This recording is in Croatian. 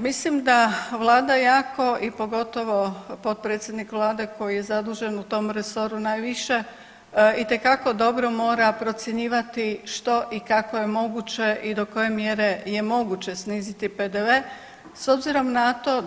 Pa evo, mislim da vlada jako i pogotovo potpredsjednik vlade koji je zadužen u tom resoru najviše itekako dobro mora procjenjivati što i kako je moguće i do koje mjere je moguće sniziti PDV s obzirom na to